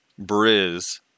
Briz